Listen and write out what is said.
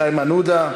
חבר הכנסת איימן עודה.